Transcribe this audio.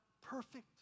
perfect